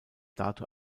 dato